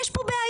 יש כאן בעיה,